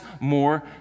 more